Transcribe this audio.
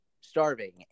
starving